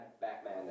Batman